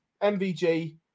MVG